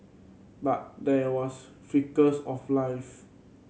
but there was flickers of life